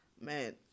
man